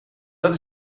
dat